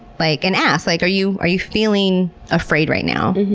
like and ask, like are you are you feeling afraid right now?